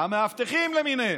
המאבטחים למיניהם.